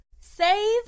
Save